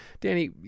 Danny